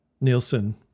Nielsen